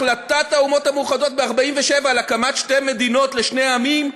החלטת האומות המאוחדות ב-1947 על הקמת שתי מדינות לשני עמים,